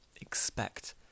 expect